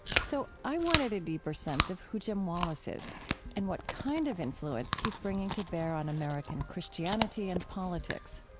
so i wanted a deeper sense of who jim wallis is and what kind of influence he's bringing to bear on american christianity and politics.